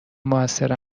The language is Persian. موثر